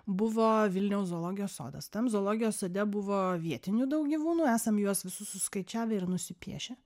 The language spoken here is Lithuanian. buvo vilniaus zoologijos sodas tam zoologijos sode buvo vietinių daug gyvūnų esam juos visus suskaičiavę ir nusipiešę